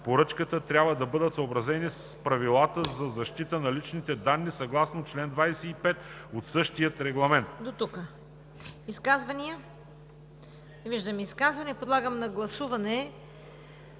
трябва да бъдат съобразени с правилата за защита на лични данни съгласно чл. 25 от същия регламент“.“